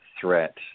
threat